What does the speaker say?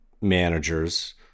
managers